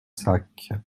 sac